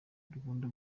dukunda